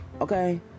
okay